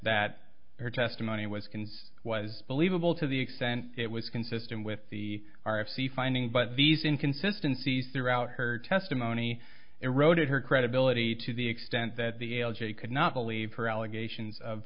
that her testimony was in was believable to the extent it was consistent with the r f c finding but these inconsistency throughout her testimony eroded her credibility to the extent that the algae could not believe her allegations of